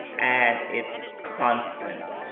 and it's constant.